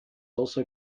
also